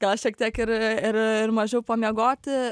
gal šiek tiek ir ir ir mažiau pamiegoti